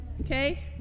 Okay